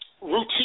Routine